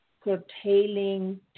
curtailing